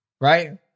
Right